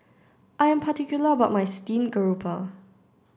I am particular about my steamed garoupa